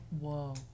Whoa